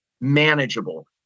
manageable